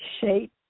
Shape